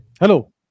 Hello